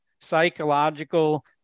psychological